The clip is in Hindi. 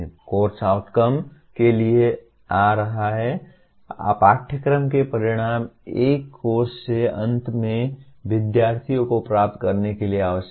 कोर्स आउटकम के लिए आ रहा है पाठ्यक्रम के परिणाम एक कोर्स के अंत में विद्यार्थियों को प्राप्त करने के लिए आवश्यक हैं